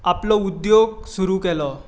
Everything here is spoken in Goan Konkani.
आपलो उद्द्योग सुरू केलो